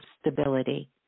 stability